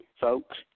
Folks